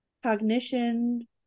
cognition